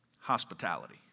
hospitality